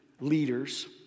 leaders